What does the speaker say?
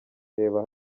reba